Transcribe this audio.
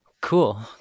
Cool